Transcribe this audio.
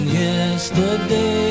yesterday